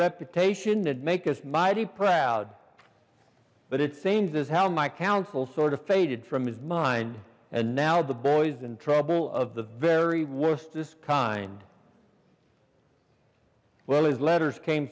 reputation that make us mighty proud but it seems as how my counsel sort of faded from his mind and now the boys in trouble of the very worst kind well his letters came